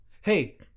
hey